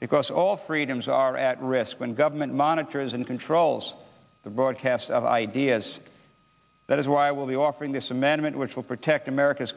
because all freedoms are at risk when government monitors and controls the broadcast of ideas that is why i will be offering this amendment which will protect america's